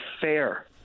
fair